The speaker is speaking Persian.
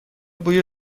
بوی